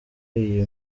iyi